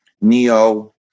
Neo